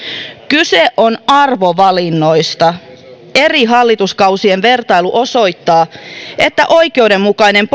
kyse on arvovalinnoista eri hallituskausien vertailu osoittaa että oikeudenmukainen politiikka